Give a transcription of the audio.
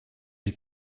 des